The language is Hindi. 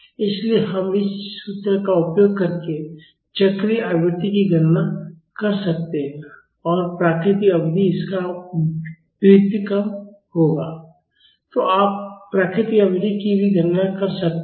इसलिए हम इस सूत्र का उपयोग करके चक्रीय आवृत्ति की गणना कर सकते हैं और प्राकृतिक अवधि इसका व्युत्क्रम होगा तो आप प्राकृतिक अवधि की भी गणना कर सकते हैं